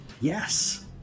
yes